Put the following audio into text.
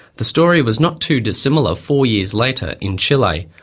the story was not too dissimilar four years later in chile,